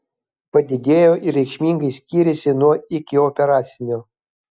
padidėjo ir reikšmingai skyrėsi nuo ikioperacinio